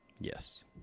Yes